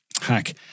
hack